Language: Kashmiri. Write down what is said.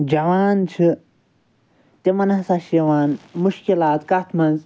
جَوان چھِ تِمَن ہَسا چھِ یِوان مُشکِلات کتھ مَنٛز